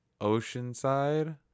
Oceanside